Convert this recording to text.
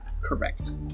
Correct